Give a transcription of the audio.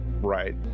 Right